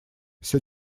все